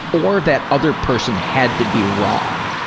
or that other person had to be wrong,